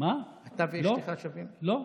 לא, לא.